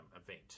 event